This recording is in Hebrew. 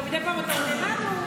גם מדי פעם אתה עונה לנו.